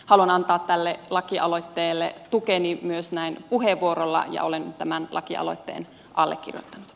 haluan antaa tälle lakialoitteelle tukeni myös näin puheenvuorolla ja olen tämän lakialoitteen allekirjoittanut